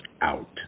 out